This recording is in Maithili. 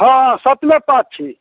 हँ सतमे पास छी